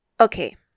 Okay